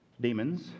demons